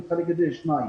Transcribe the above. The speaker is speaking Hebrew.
ראשית,